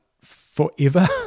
forever